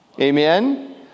Amen